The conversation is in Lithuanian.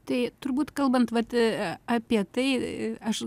tai turbūt kalbant vat apie tai aš